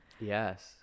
yes